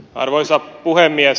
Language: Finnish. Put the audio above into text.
arvoisa puhemies